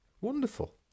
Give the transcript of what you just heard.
wonderful